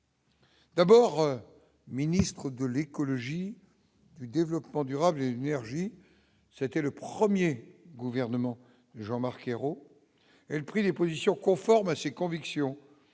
D'abord, ministre de l'écologie, du développement durable, énergie, c'était le 1er gouvernement Jean-Marc Ayrault elle pris les positions conforme à ses convictions